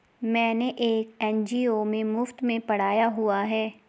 मैंने एक एन.जी.ओ में मुफ़्त में पढ़ाया हुआ है